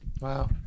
Wow